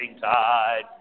tide